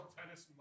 Tennis